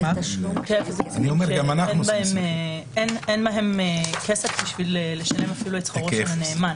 אין להם כסף לשלם אפילו את שכרו של הנאמן.